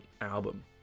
album